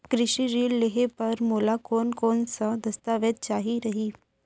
कृषि ऋण लेहे बर मोला कोन कोन स दस्तावेज चाही रही?